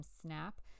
snap